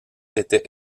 était